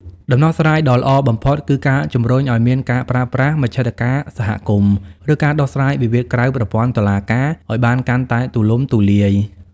ដំណោះស្រាយដ៏ល្អបំផុត គឺការជម្រុញឱ្យមានការប្រើប្រាស់មជ្ឈត្តការសហគមន៍ ឬការដោះស្រាយវិវាទក្រៅប្រព័ន្ធតុលាការឱ្យបានកាន់តែទូលំទូលាយ។